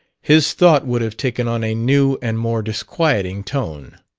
his thought would have taken on a new and more disquieting tone.